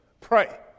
pray